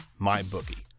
MyBookie